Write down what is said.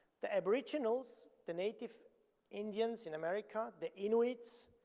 the aboriginals, the native indians in america, the inuits,